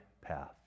path